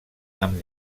amb